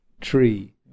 tree